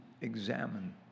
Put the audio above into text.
examine